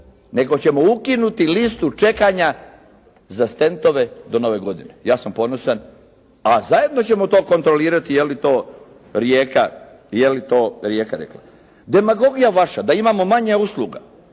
nego ćemo ukinuti listu čekanja za stentove do nove godine». Ja sam ponosan. A zajedno ćemo to kontrolirati je li to Rijeka, je li to Rijeka rekla? Demagogija vaša da imamo manje usluga,